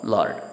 Lord